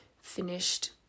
finished